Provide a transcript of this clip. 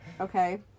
Okay